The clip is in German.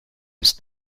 ist